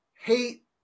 hate